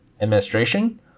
administration